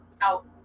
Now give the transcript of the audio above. out